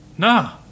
Nah